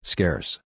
Scarce